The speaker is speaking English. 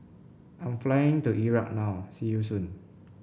I am flying to Iraq now See you soon